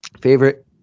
Favorite